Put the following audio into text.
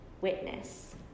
Witness